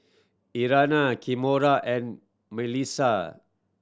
Irena Kimora and Mellisa